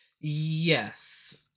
Yes